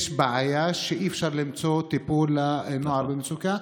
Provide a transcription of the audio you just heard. יש בעיה, שאי-אפשר למצוא טיפול לנוער במצוקה.